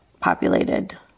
populated